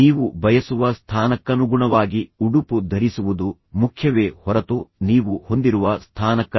ನೀವು ಬಯಸುವ ಸ್ಥಾನಕ್ಕನುಗುಣವಾಗಿ ಉಡುಪು ಧರಿಸುವುದು ಮುಖ್ಯವೇ ಹೊರತು ನೀವು ಹೊಂದಿರುವ ಸ್ಥಾನಕ್ಕಲ್ಲ